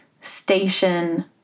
station